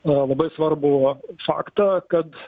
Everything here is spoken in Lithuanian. labai svarbų faktą kad